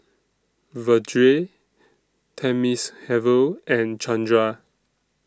Vedre Thamizhavel and Chandra